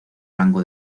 rango